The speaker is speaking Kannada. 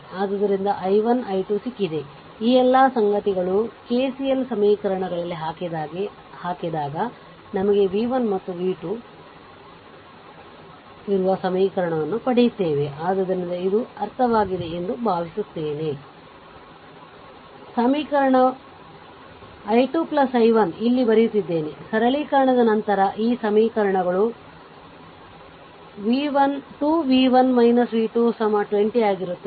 ಆದ್ದರಿಂದ i 1 i 2 ಸಿಕ್ಕಿದೆ ಈ ಎಲ್ಲ ಸಂಗತಿಗಳನ್ನು ಆ ಕೆಸಿಎಲ್ ಸಮೀಕರಣಗಳಲ್ಲಿ ಹಾಕಿದಾಗ ನಮಗೆ v 1 ಮತ್ತು v 2 ದೆ ಇರುವ ಸಮೀಕರಣಗಳನ್ನು ಪಡೆಯುತ್ತೇವೆ ಆದ್ದರಿಂದ ಇದು ಅರ್ಥವಾಗಿದೆ ಎಂದು ಭಾವಿಸುತ್ತೇನೆ i 2 i 2 ಇಲ್ಲಿ ಬರೆಯುತ್ತಿದ್ದೇನೆ ಸರಳೀಕರಣದ ನಂತರ ಈ ಸಮೀಕರಣಗಳು 2 v 1 v 2 20 ಆಗಿರುತ್ತದೆ